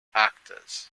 actors